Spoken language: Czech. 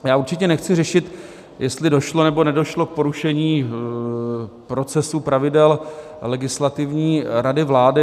Já určitě nechci řešit, jestli došlo nebo nedošlo k porušení procesů, pravidel Legislativní rady vlády.